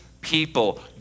people